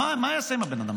מה יעשה עם הבן אדם?